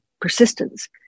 persistence